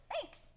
Thanks